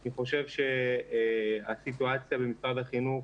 אני חושב שהסיטואציה במשרד החינוך,